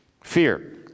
Fear